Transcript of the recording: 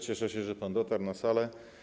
Cieszę się, że pan dotarł na salę.